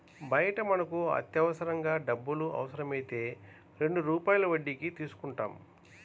బయట మనకు అత్యవసరంగా డబ్బులు అవసరమైతే రెండు రూపాయల వడ్డీకి తీసుకుంటాం